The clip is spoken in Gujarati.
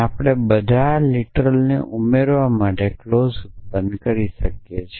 આપણે અહીં બધા શાબ્દિકને ઉમેરવા માટે ક્લોઝ મેળવી કરી શકીએ છીએ